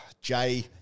Jay